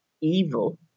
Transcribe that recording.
evil